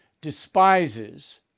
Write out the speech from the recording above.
despises